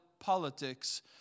politics